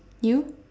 you